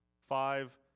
five